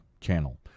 channel